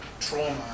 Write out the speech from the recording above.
trauma